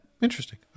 Interesting